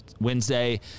Wednesday